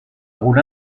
rôle